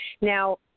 Now